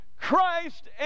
Christ